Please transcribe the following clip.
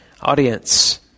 audience